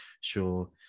sure